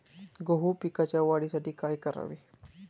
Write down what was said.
गहू पिकाच्या वाढीसाठी काय करावे?